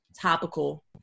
topical